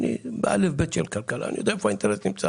אמרתי את הכל בהסתייגות.